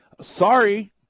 Sorry